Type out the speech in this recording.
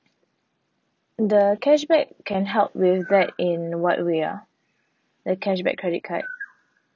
the cashback can help with that in what way ah the cashback credit card